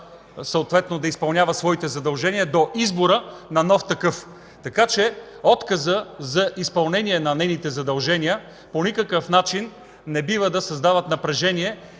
съответно да изпълнява своите задължения до избора на нов такъв. Така че отказът за изпълнение на нейните задължения по никакъв начин не бива да създава напрежение,